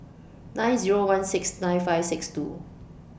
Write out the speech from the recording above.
nine Zero one six nine five six two